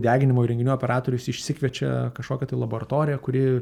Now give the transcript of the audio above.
deginimo įrenginių operatorius išsikviečia kažkokią tai laboratoriją kuri